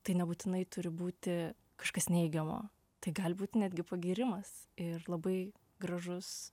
tai nebūtinai turi būti kažkas neigiamo tai gali būt netgi pagyrimas ir labai gražus